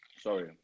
Sorry